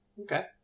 Okay